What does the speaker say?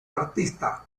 artista